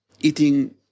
eating